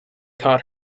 caught